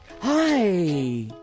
Hi